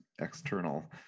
external